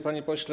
Panie Pośle!